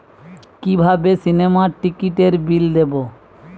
কিভাবে সিনেমার টিকিটের বিল দেবো?